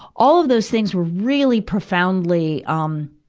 all of those things really profoundly, um,